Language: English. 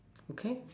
okay